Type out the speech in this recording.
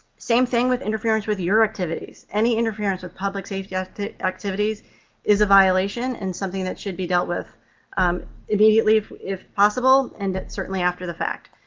same thing with interference with your activities. any interference with public safety ah activities is a violation and something that should be dealt with immediately if possible and certainly after the fact.